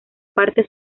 parte